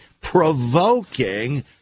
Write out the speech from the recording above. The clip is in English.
provoking